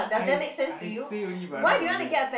I I say already but I not gonna get